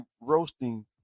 roasting